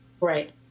Right